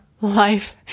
life